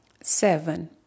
Seven